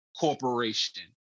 corporation